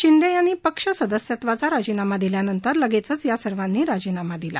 शिंदे यांनी पक्ष सदस्यत्वाचा राजीनामा दिल्यानंतर लगेचच या सर्वांनी राजीनामा दिला